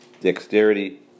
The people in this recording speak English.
dexterity